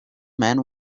man